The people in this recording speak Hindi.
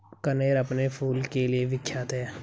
कनेर अपने फूल के लिए विख्यात है